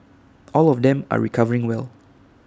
all of them are recovering well